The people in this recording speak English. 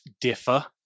differ